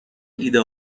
ایده